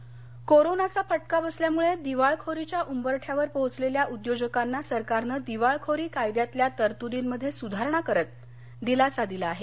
दिवाळखोरी कोरोनाचा फटका बसल्यामुळे दिवाळखोरीच्या उंबरठ्यावर पोहोचलेल्या उद्योजकांना सरकारनं दिवाळखोरी कायद्यातल्या तरतुदींमध्ये सुधारणा करत दिलासा दिला आहे